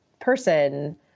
person